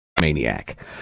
Maniac